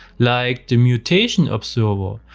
like the mutationobserver,